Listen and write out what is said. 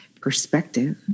perspective